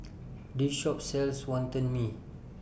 This Shop sells Wonton Mee